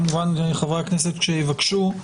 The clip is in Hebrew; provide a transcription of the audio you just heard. גם חברי הכנסת שיבקשו,